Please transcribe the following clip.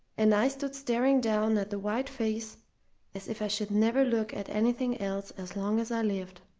and i stood staring down at the white face as if i should never look at anything else as long as i lived.